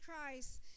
Christ